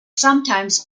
sometimes